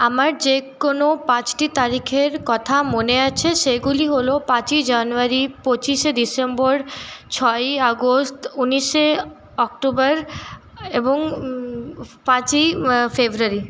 আমার যে কোনো পাঁচটি তারিখের কথা মনে আছে সেগুলি হল পাঁচই জানুয়ারি পঁচিশে ডিসেম্বর ছয়ই আগস্ট উনিশে অক্টোবর এবং পাঁচই ফেব্রুয়ারি